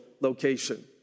location